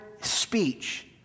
speech